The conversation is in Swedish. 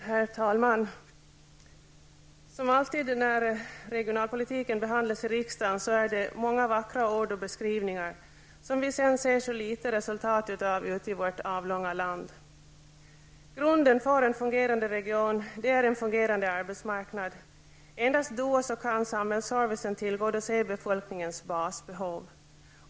Herr talman! Som alltid när regionalpolitiken behandlas i riksdagen är det många vackra ord och beskrivningar som vi sedan ser så litet resultat av ute i vårt avlånga land. Grunden för en fungerande region är en fungerande arbetsmarknad; endast då kan samhällsservicen tillgodose befolkningens basbehov.